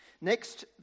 Next